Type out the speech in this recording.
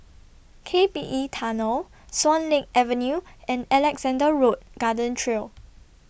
K P E Tunnel Swan Lake Avenue and Alexandra Road Garden Trail